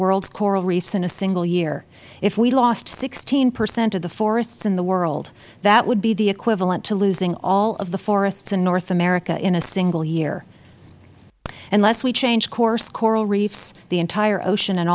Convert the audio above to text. world's coral reefs in a single year if we lost sixteen percent of the forests in the world that would be the equivalent to losing all of the forests in north america in a single year unless we change course coral reefs the entire ocean and